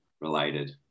related